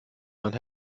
man